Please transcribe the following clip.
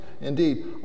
Indeed